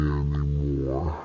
anymore